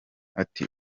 ati